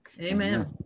Amen